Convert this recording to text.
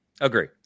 Agree